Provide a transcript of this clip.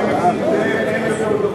בתקנון כתוב שאחרי נסים זאב אין עוד דוברים.